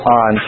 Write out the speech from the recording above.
on